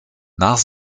nach